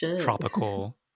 tropical